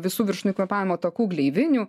visų viršutinių kvėpavimo takų gleivinių